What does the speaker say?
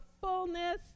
fullness